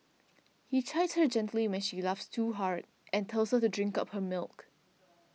he chides her gently when she laughs too hard and tells her to drink up her milk